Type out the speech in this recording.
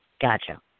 Gotcha